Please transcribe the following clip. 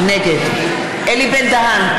נגד אלי בן-דהן,